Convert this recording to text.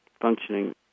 functioning